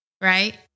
Right